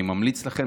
אני ממליץ לכם.